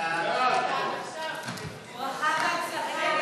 ההצעה להעביר את הצעת חוק